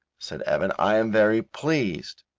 said evan, i am very pleased.